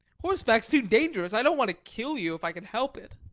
horseback's too dangerous i don't want to kill you if i can help it.